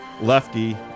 Lefty